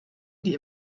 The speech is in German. die